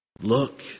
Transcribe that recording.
Look